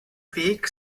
weg